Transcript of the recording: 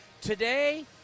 today